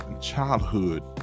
childhood